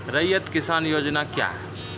रैयत किसान योजना क्या हैं?